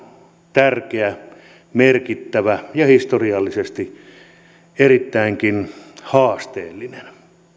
tärkeä merkittävä ja historiallisesti erittäinkin haasteellinen